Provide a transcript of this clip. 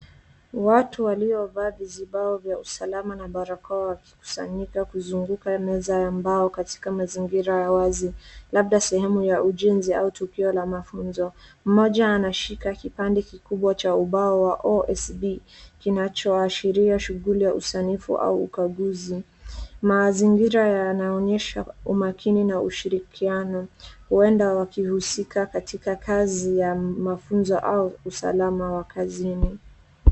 Watu waliovaa vizibao vya usalama na barakoa wakikusanyika kuzunguka meza ya mbao katika mazingira ya wazi, labda sehemu ya ujenzi au tukio la mafunzo, mmoja anashika kipande kikubwa cha ubao wa OSB kinachoashiria shughuli ya usanifu au ukaguzi. Maizingira yanaonyesha umakini na ushirikiano huenda wakihusika katika kazi ya mafunzo au usalama wa kazini.